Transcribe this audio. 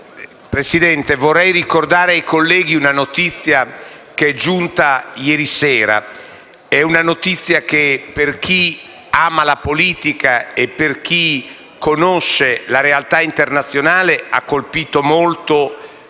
Presidente, vorrei ricordare ai colleghi una notizia che è giunta ieri sera. È una notizia che, per chi ama la politica e per chi conosce la realtà internazionale, ha colpito molto.